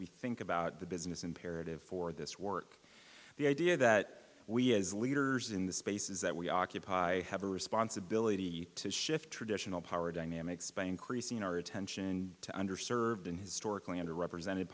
we think about the business imperative for this work the idea that we as leaders in the spaces that we occupy have a responsibility to shift traditional power dynamics by increasing our attention to under served and historically under represented